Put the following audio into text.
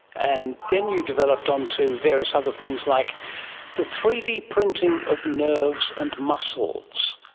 and then you developed on to various other things like the three d printing of nerves and muscles,